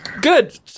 Good